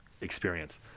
experience